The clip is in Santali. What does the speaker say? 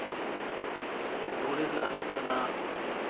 ᱫᱩᱲᱤ ᱨᱮᱱᱟᱜ ᱦᱩᱭᱩᱜ ᱠᱟᱱᱟ